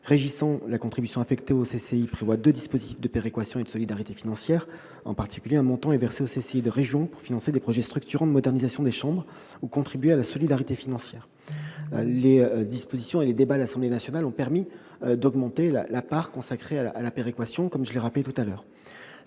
d'industrie prévoient des dispositifs de péréquation et de solidarité financière. En particulier, un montant est versé aux CCIR pour financer des projets structurants de modernisation des chambres ou contribuer à la solidarité financière. Les dispositions et les débats à l'Assemblée nationale ont permis d'augmenter la part consacrée à la péréquation. Le fonds de péréquation mis en